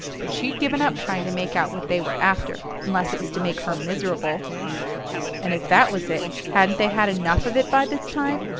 but she'd given up trying to make out what they were after, unless it was to make her miserable and if that was it, hadn't they had enough of it by this time?